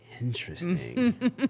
interesting